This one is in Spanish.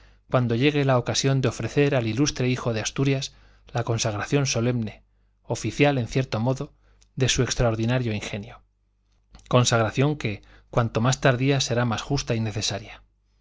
cuando llegue la ocasión de ofrecer al ilustre hijo de asturias la consagración solemne oficial en cierto modo de su extraordinario ingenio consagración que cuanto más tardía será más justa y necesaria